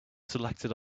selected